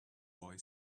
boy